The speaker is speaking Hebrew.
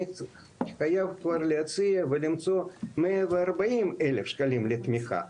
אני חייב כבר להציע ולמצוא 140,000 שקלים לתמיכה,